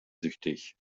süchtig